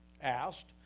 asked